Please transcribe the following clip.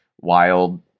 wild